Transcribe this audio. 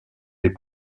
les